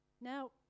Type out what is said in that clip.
Now